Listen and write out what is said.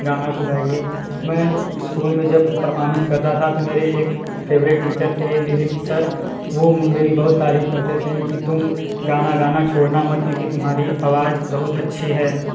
गाना को गाइए मैं स्कूल में जब परफ़ोर्मेंस करता था तो मेरे एक फेवेरेट टीचर थे निलिम सर वह मेरी बहुत तारीफ करते थे की तुम गाना गाना छोड़ना मत क्योंकि तुम्हारी आवाज़ बहुत अच्छी है